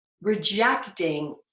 rejecting